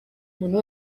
umuntu